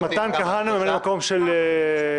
מתן כהנא ממלא מקום של ימינה.